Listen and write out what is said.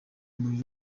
umuriro